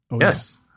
Yes